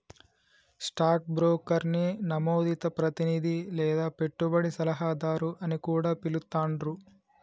stock బ్రోకర్ని నమోదిత ప్రతినిధి లేదా పెట్టుబడి సలహాదారు అని కూడా పిలుత్తాండ్రు